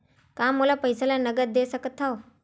का मोला पईसा ला नगद दे सकत हव?